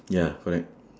ya correct